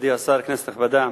מכובדי השר, כנסת נכבדה,